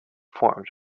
forms